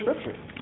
Scripture